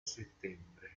settembre